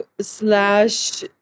slash